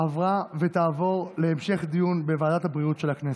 עברה, ותעבור להמשך דיון בוועדת הבריאות של הכנסת.